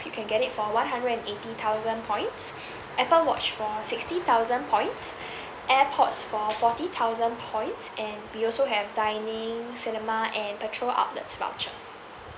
you can get it for one hundred and eighty thousand points apple watch for sixty thousand points AirPods for forty thousand points and we also have dining cinema and petrol outlets vouchers